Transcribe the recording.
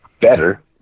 better